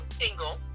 single